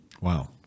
Wow